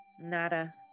Nada